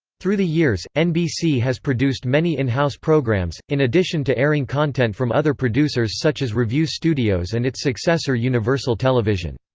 through the years, nbc has produced many in-house programs, in addition to airing content from other producers such as revue studios and its successor universal television.